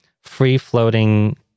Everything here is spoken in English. free-floating